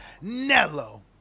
Nello